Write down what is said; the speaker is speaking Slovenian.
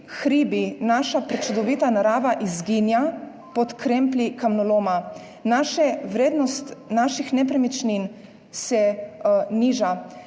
hribi, naša prečudovita narava izginja pod kremplji kamnoloma, vrednost naših nepremičnin se niža,